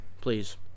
please